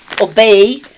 obey